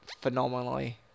phenomenally